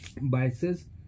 biases